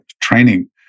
training